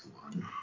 one